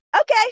okay